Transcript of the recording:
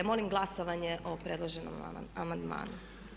Molim glasovanje o predloženom amandmanu.